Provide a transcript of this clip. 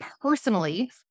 personally